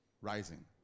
rising